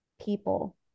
people